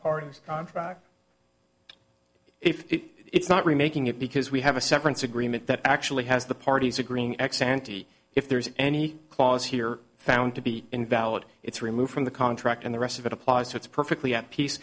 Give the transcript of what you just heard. parties if it's not remaking it because we have a severance agreement that actually has the parties agreeing ex ante if there's any clause here found to be invalid it's removed from the contract and the rest of it applies to it's perfectly at peace